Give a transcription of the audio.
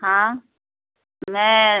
हाँ मैं